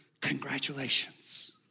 congratulations